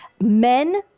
Men